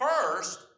first